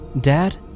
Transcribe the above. Dad